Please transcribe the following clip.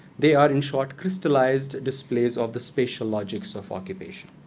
they are, in short, crystallized displays of the spatial logics of occupation.